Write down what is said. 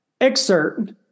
excerpt